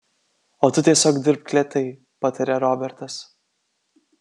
o tu tiesiog dirbk lėtai patarė robertas